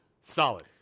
Solid